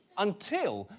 until,